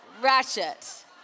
Ratchet